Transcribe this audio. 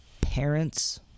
parents